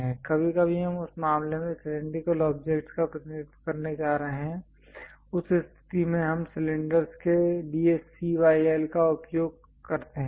कभी कभी हम उस मामले में सिलैंडरिकल ऑब्जेक्ट्स का प्रतिनिधित्व करने जा रहे हैं उस स्थिति में हम सिलेंडरस् के लिए CYL का उपयोग करते हैं